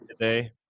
today